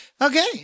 Okay